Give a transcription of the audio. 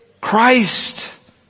Christ